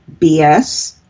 BS